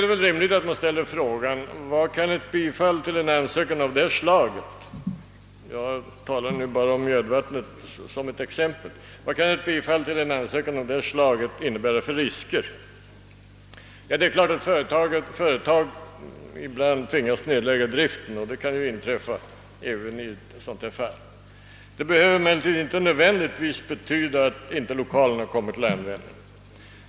Det är rimligt att man ställer frågan: Vad kan ett bifall till en ansökan av detta slag — jag talar om Mjödvattnet bara som ett exempel — innebära för risker? Det är klart att företag ibland tvingas att nedlägga driften, och det kan inträffa även i ett sådant fall. Detta behöver emellertid inte nödvändigtvis betyda att lokalerna inte kommer till användning.